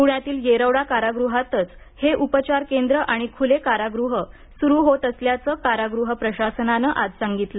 पुण्यातील येरवडा कारागृहातच हे उपचार केंद्र आणि खूले कारागृह सुरु होत असल्याचं कारागृह प्रशासनानं आज सांगितलं